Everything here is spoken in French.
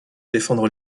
défendre